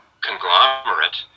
conglomerate